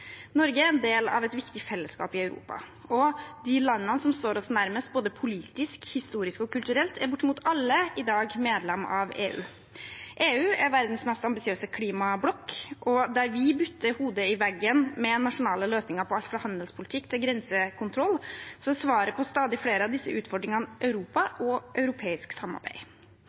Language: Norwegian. Norge er en del av et viktig fellesskap i Europa, og de landene som står oss nærmest både politisk, historisk og kulturelt, er bortimot alle i dag medlem av EU. EU er verdens mest ambisiøse klimablokk, og der vi butter hodet i veggen med nasjonale løsninger på alt fra handelspolitikk til grensekontroll, er svaret på stadig flere av disse utfordringene Europa og europeisk samarbeid.